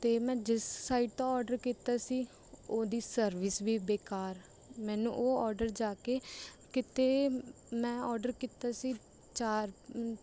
ਅਤੇ ਮੈਂ ਜਿਸ ਸਾਈਟ ਤੋਂ ਆਡਰ ਕੀਤਾ ਸੀ ਉਹਦੀ ਸਰਵਿਸ ਵੀ ਬੇਕਾਰ ਮੈਨੂੰ ਉਹ ਆਡਰ ਜਾ ਕੇ ਕਿਤੇ ਮੈਂ ਆਡਰ ਕੀਤਾ ਸੀ ਚਾਰ